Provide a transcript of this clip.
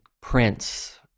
Prince